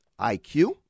IQ